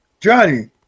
Johnny